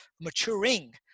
maturing